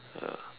ya